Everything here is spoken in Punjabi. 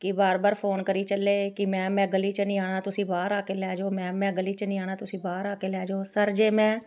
ਕਿ ਵਾਰ ਵਾਰ ਫੋਨ ਕਰੀ ਚੱਲੇ ਕਿ ਮੈਮ ਮੈਂ ਗਲੀ 'ਚ ਨਹੀਂ ਆਉਣਾ ਤੁਸੀਂ ਬਾਹਰ ਆ ਕੇ ਲੈ ਜਾਓ ਮੈਮ ਮੈਂ ਗਲੀ 'ਚ ਨਹੀਂ ਆਉਣਾ ਤੁਸੀਂ ਬਾਹਰ ਆ ਕੇ ਲੈ ਜਾਓ ਸਰ ਜੇ ਮੈਂ